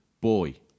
Boy